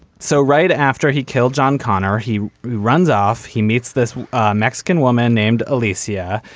so right after he killed john connor he runs off he meets this mexican woman named alisa.